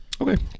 Okay